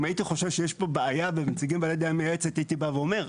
אם הייתי חושב שיש פה בעיה בנציגים בעלי דעה מייעצת הייתי בא ואומר.